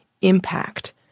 impact